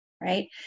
Right